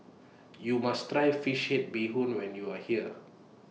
YOU must Try Fish Head Bee Hoon when YOU Are here